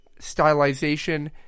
stylization